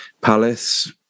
Palace